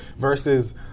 versus